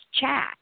chat